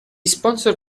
sponsor